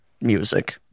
music